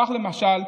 כך, למשל,